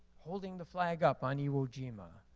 holding the flag up on iwo jima,